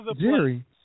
Jerry